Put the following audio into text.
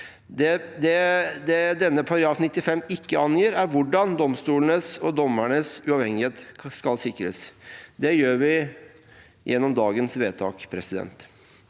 Det denne § 95 ikke angir, er hvordan domstolenes og dommernes uavhengighet skal sikres. Det gjør vi gjennom dagens vedtak. Med